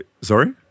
Sorry